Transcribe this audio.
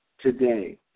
today